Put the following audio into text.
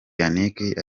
yannick